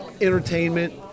entertainment